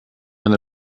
eine